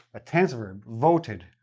a tense verb. voted.